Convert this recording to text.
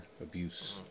abuse